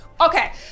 Okay